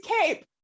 cape